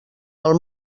del